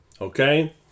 Okay